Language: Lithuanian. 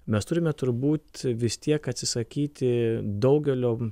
mes turime turbūt vis tiek atsisakyti daugelio